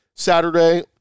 Saturday